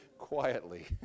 quietly